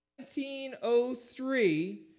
1903